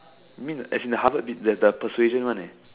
you mean as in the Harvard the the persuasion one